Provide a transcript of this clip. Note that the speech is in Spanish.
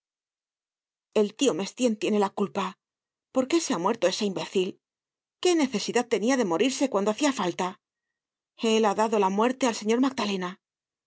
el tio mestienne tiene la culpa por qué se ha muerto ese imbécil qué necesidad tenia de morirse cuando hacia falta el ha dado la muerte al señor magdalena